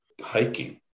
hiking